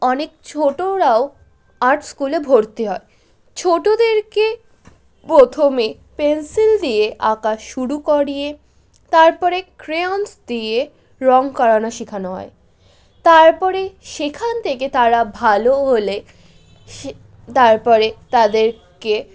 অনেক ছোটোরাও আর্টস স্কুলে ভর্তি হয় ছোটোদেরকে প্রথমে পেনসিল দিয়ে আঁকা শুরু করিয়ে তারপরে ক্রেয়নস দিয়ে রঙ করানো শেখানো হয় তারপরেই সেখান থেকে তারা ভালো হলে সে তারপরে তাদেরকে